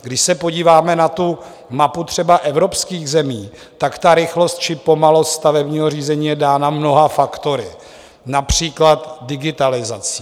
Když se podíváme na tu mapu třeba evropských zemí, tak rychlost či pomalost stavebního řízení je dána mnoha faktory, například digitalizací.